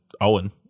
Owen